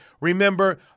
Remember